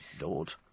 Lord